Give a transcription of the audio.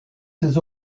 ses